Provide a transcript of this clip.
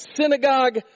synagogue